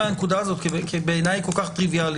הנקודה הזאת כי בעיניי היא כל כך טריביאלית.